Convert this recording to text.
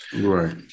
right